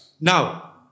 Now